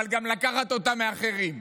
אבל גם לקחת אותה מאחרים.